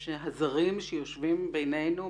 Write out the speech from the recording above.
של הזרים שיושבים בינינו,